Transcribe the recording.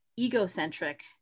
egocentric